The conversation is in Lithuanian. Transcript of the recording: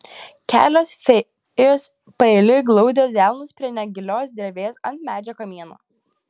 kelios fėjos paeiliui glaudė delnus prie negilios drevės ant medžio kamieno